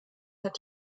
hat